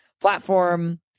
platform